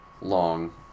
long